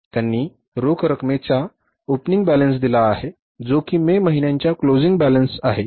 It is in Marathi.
त्यांनी रोख रकमेचा ओपनिंग बॅलन्स दिला आहे जो की मे महिन्याचा क्लोजिंग बॅलन्स आहे